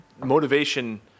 motivation